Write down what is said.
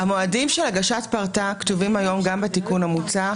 המועדים של הגשת פרטה כתובים היום גם בתיקון המוצע,